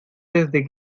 desde